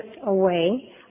away